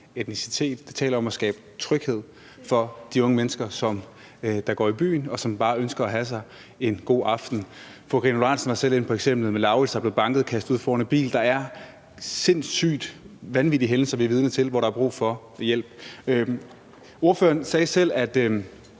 etnicitet, men der tales jo om at skabe tryghed for de unge mennesker, der går i byen, og som bare ønsker at have sig en god aften. Fru Karina Lorentzen Dehnhardt var selv inde på eksemplet med Lauritz, der blev banket og kastet ud foran en bil, og der er sindssyge, vanvittige hændelser, vi er vidne til, og hvor der er brug for hjælp. Ordføreren sagde selv, at